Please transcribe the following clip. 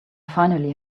finally